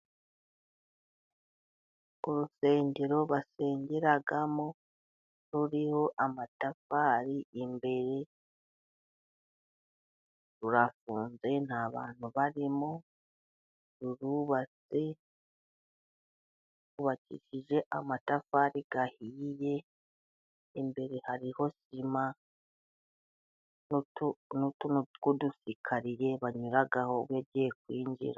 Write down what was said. Urusengero basengeramo ruriho amatafari， imbere rurafunze nta bantu barimo， rurubatse，rwubakishije amatafari ahiye， imbere hariho ihema， n'utuntu tw’udusikariye banyuraho， bagiye kwinjira.